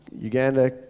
Uganda